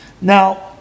Now